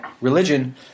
religion